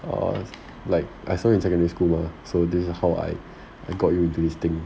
err like I saw you in secondary school mah so this is how I got you into this thing